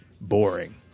boring